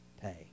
pay